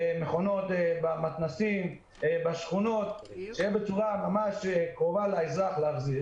במתנ"סים ובשכונות ובמקום קרוב לאזרח להחזיר